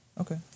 Okay